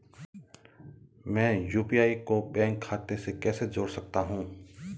मैं यू.पी.आई को बैंक खाते से कैसे जोड़ सकता हूँ?